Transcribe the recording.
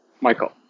michael